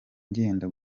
ngenda